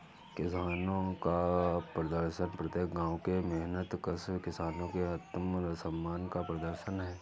किसानों का प्रदर्शन प्रत्येक गांव के मेहनतकश किसानों के आत्मसम्मान का प्रदर्शन है